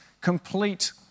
complete